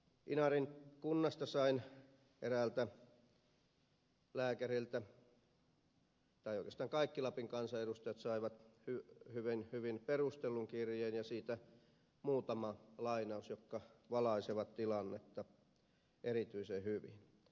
inarin kunnasta sain eräältä lääkäriltä tai oikeastaan kaikki lapin kansanedustajat saivat hyvin hyvin perustellun kirjeen ja siitä muutama lainaus jotka valaisevat tilannetta erityisen hyvin